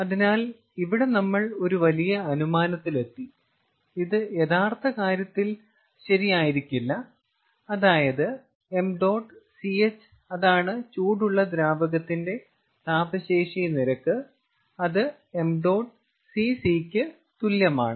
അതിനാൽ ഇവിടെ നമ്മൾ ഒരു വലിയ അനുമാനത്തിലെത്തി ഇത് യഥാർത്ഥ കാര്യത്തിൽ ശരിയായിരിക്കില്ല അതായത് 𝑚̇Ch അതാണ് ചൂടുള്ള ദ്രാവകത്തിന്റെ താപശേഷി നിരക്ക് അത് 𝑚̇Cc ക്ക് തുല്യമാണ്